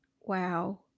Wow